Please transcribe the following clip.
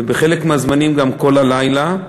ובחלק מהזמנים גם כל הלילה,